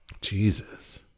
Jesus